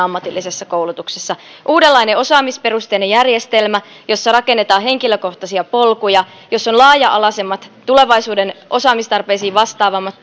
ammatillisessa koulutuksessa uudenlainen osaamisperusteinen järjestelmä jossa rakennetaan henkilökohtaisia polkuja jossa on laaja alaisemmat tulevaisuuden osaamistarpeisiin vastaavammat